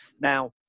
Now